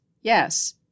Yes